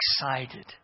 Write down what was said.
excited